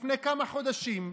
לפני כמה חודשים,